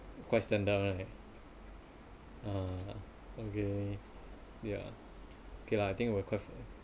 quite standard right orh okay yeah okay lah I think we're quite